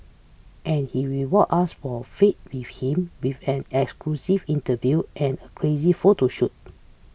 and he reward us for our faith him with an exclusive interview and a crazy photo shoot